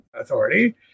Authority